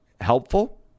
helpful